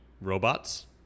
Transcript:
robots